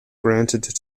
granted